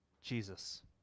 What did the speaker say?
Jesus